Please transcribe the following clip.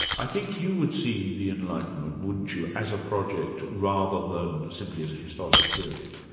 i think you would see the enlightenment, wouldn't you, as a project rather than simply as a historical period?